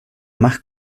más